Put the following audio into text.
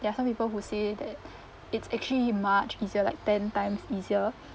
there are some people who say that it's actually much easier like ten times easier